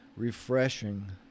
refreshing